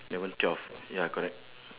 eleven twelve ya correct